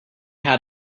had